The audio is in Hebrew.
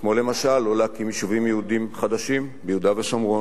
כמו למשל לא להקים יישובים יהודיים חדשים ביהודה ושומרון.